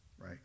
right